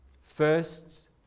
First